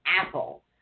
apple